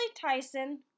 Tyson